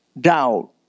Doubt